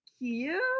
cute